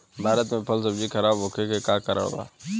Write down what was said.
भारत में फल सब्जी खराब होखे के का कारण बा?